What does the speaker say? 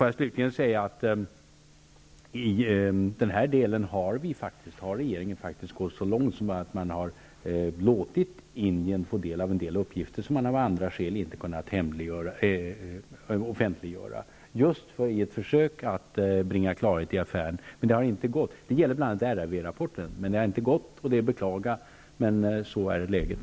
Avslutningsvis vill jag säga att regeringen faktiskt har gått så långt att man har låtit Indien få del av vissa uppgifter som man olika skäl inte har kunnat offentliggöra. Detta har skett i ett försök att bringa klarhet i affären. Det gäller bl.a. RRV-rapporten. Men det har inte gått. Det är att beklaga men så är läget.